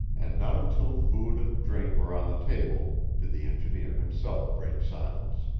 and not until food and drink were on the table did the engineer himself break silence.